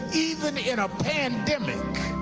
even in a pandemic.